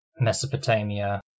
Mesopotamia